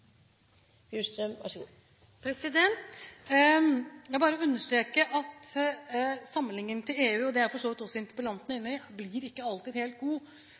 er for så vidt også interpellanten inne på – ikke alltid blir helt god,